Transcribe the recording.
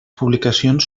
publicacions